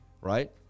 right